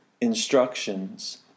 instructions